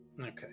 okay